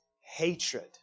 hatred